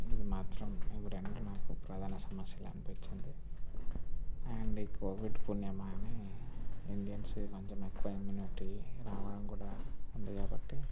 ఇది మాత్రం ఇవి రెండు నాకు ప్రధాన సమస్యలు అనిపించింది అండ్ ఈ కోవిడ్ పుణ్యమా అని ఇండియన్స్కి కొంచెం ఎక్కువ ఇమ్మ్యూనిటి రావడం కూడా ఉంది కాబట్టి